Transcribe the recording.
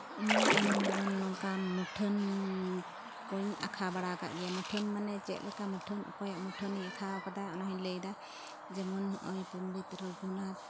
ᱤᱧ ᱡᱮᱢᱚᱱ ᱱᱚᱝᱠᱟ ᱢᱩᱴᱷᱟᱹᱱ ᱠᱩᱧ ᱟᱸᱠᱷᱟᱣ ᱵᱟᱲᱟ ᱟᱠᱟᱫ ᱜᱮᱭᱟ ᱢᱩᱴᱷᱟᱹᱱ ᱢᱟᱱᱮ ᱪᱮᱫ ᱞᱮᱠᱟ ᱢᱩᱴᱷᱟᱹᱱ ᱚᱠᱚᱭᱟᱜ ᱢᱩᱴᱷᱟᱹᱱᱤᱧ ᱟᱸᱠᱷᱟᱣ ᱠᱟᱫᱟ ᱚᱱᱟ ᱦᱩᱧ ᱞᱟᱹᱭᱮᱫᱟ ᱡᱮᱢᱚᱱ ᱦᱚᱸᱜᱼᱚᱭ ᱯᱚᱱᱰᱤᱛ ᱨᱚᱜᱷᱩᱱᱟᱛᱷ